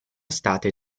state